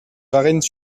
varennes